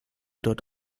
dort